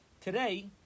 Today